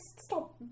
stop